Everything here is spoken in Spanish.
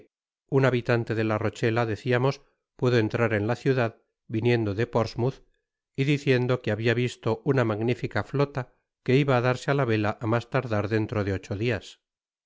un habitante de la rochela deciamós pudo enirar en la ciudad viniendo de portsmon'h y diciendo que habia visto una magnifica fiota que iba á darse á la vela á mas tardar dentro ocho dias